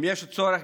אם יש צורך,